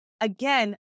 again